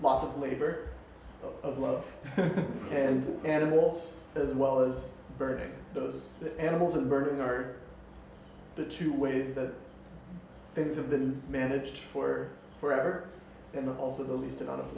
both of labor of love and animals as well as burning those the animals and birds nerd the two ways that things have been managed for forever and also the least amount of